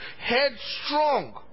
headstrong